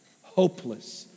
hopeless